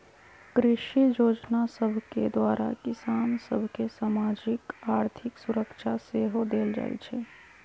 कृषि जोजना सभके द्वारा किसान सभ के सामाजिक, आर्थिक सुरक्षा सेहो देल जाइ छइ